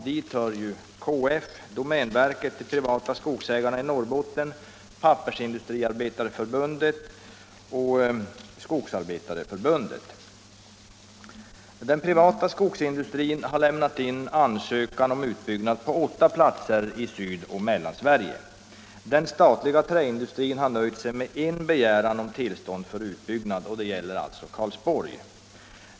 Dit hör KF, domänverket, de privata skogsägarna i Norrbotten, Pappersindustriarbetareförbundet och Skogsarbetareförbundet. Den privata skogsindustrin har lämnat in ansökningar om utbyggnad av åtta platser i Sydoch Mellansverige. Den statliga träindustrin har nöjt sig med en begäran om tillstånd för utbyggnad, och det gäller alltså Karlsborg.